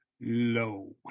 low